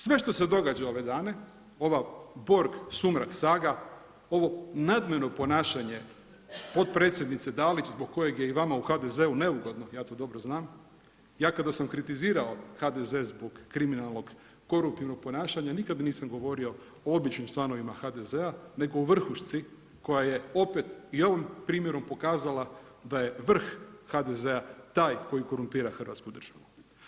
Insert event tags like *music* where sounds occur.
Sve što se događa ove dana, ova Borg sumrak saga, ovo … *unintelligible* potpredsjednice Dalić zbog kojeg je i vama u HDZ-u neugodno, ja to dobro znam, ja kada sam kritizirao HDZ zbog kriminalnog koruptivnog ponašanja, nikad nisam govorio o običnim članovima HDZ-a nego o vršci koja je opet i ovim primjerom pokazala da je vrh HDZ-a taj koji korumpira hrvatsku državu.